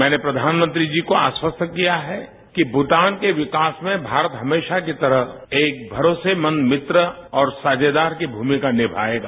मैंने प्रधानमंत्री जी को आस्वस्त किया है कि भूटान के विकास में भारत हमेशा की तरह एक भरोसेमंद मित्र और साझेदार की भूमिका निमायेगा